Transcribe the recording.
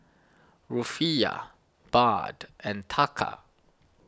Rufiyaa Baht and Taka